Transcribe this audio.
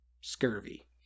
scurvy